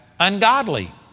ungodly